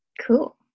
Cool